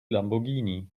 lamborghini